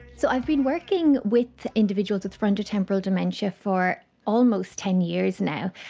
so i've been working with individuals with frontotemporal dementia for almost ten years now,